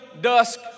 dusk